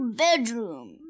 bedroom